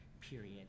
period